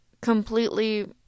completely